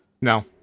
No